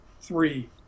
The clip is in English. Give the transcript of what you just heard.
three